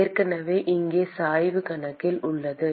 மாணவர் அது ஏற்கனவே இங்கே சாய்வு கணக்கில் உள்ளது